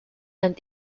and